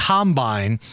Combine